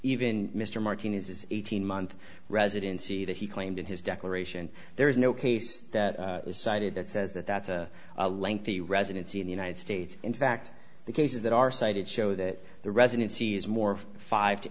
even mr martinez his eighteen month residency that he claimed in his declaration there is no case that was cited that says that that's a lengthy residency in the united states in fact the cases that are cited show that the residency is more five to